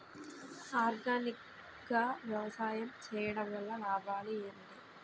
Organic గా వ్యవసాయం చేయడం వల్ల లాభాలు ఏంటి?